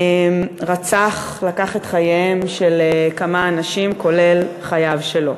רצח, לקח את חייהם של כמה אנשים, כולל חייו שלו.